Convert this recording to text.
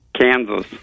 Kansas